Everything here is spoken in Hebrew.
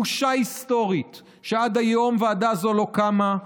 בושה היסטורית שעד היום ועדה זו לא קמה,